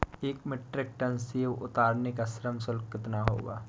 एक metric tonne सेव उतारने का श्रम शुल्क कितना होगा?